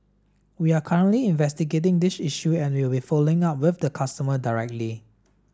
we are currently investigating this issue and we will be following up with the customer directly